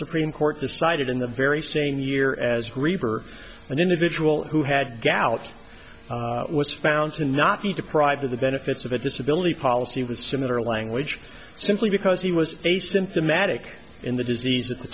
supreme court decided in the very same year as reaver an individual who had galut was found to not be deprived of the benefits of a disability policy with similar language simply because he was asymptomatic in the disease at the